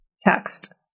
text